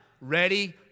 ready